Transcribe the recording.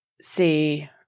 see